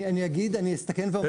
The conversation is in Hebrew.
אני אסתכן ואומר,